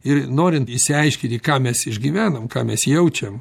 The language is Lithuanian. ir norint išsiaiškinti ką mes išgyvenam ką mes jaučiam